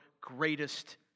greatest